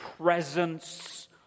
presence